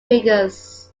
figures